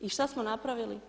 I šta smo napravili?